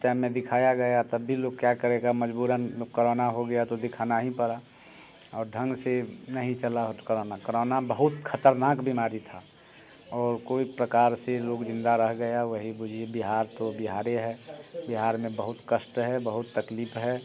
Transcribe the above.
उस टाइम में दिखाया गया तब भी लोग क्या करेगा मजबूरन करोना हो गया तो दिखाना ही पड़ा और ढंग से नहीं चला करोना बहुत ख़तरनाक बीमारी था और कोई प्रकार से लोग जिन्दा रह गया वही बूझिये बिहार तो बिहारे है बिहार में बहुत कष्ट है बहुत तकलीफ़ है